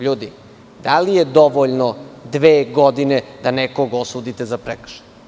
Ljudi, da li je dovoljno dve godine da nekoga osudite za prekršaj?